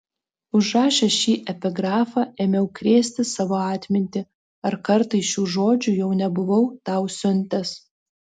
užrašęs šį epigrafą ėmiau krėsti savo atmintį ar kartais šių žodžių jau nebuvau tau siuntęs